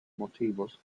motivos